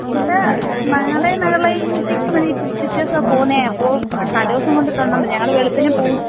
ചേട്ടാ നാളെ നാളെ കഴിഞ്ഞത്തേക്ക് മതി പിറ്റേ ദിവസമാണ് പോകുന്നത് അപ്പോൾ തലേദിവസം കൊണ്ട് തന്നാൽ മതി ഞങ്ങൾ വെളുപ്പിനെ പോകും